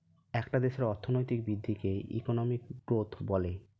একটা দেশের অর্থনৈতিক বৃদ্ধিকে ইকোনমিক গ্রোথ বলে